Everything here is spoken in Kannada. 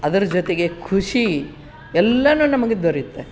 ಅದರ ಜೊತೆಗೆ ಖುಷಿ ಎಲ್ಲವೂ ನಮಗೆ ದೊರೆಯುತ್ತೆ